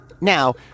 Now